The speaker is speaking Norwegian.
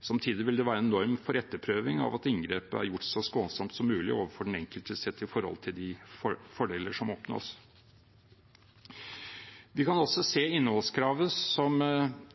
Samtidig vil det være en norm for etterprøving av at inngrepet er gjort så skånsomt som mulig overfor den enkelte sett i forhold til de fordeler som oppnås. Vi kan også se innholdskravet som